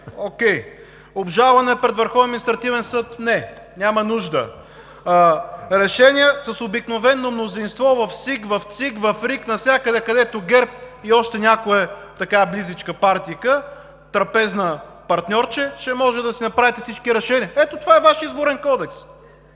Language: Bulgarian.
не! Обжалване пред Върховният административен съд – не, няма нужда. Решения с обикновено мнозинство в ЦИК, СИК, РИК, навсякъде, където ГЕРБ и още някоя близичка партия, трапезна партньорка, ще може да си направите всички решения – това е Вашият Изборен кодекс!